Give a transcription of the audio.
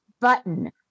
button